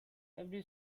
every